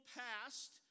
passed